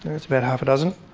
that's about half a dozen.